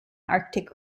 arctic